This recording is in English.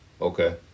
Okay